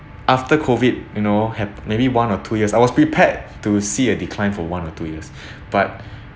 after COVID you know hap~ maybe one or two years I was prepared to see a declined for one or two years but